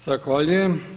Zahvaljujem.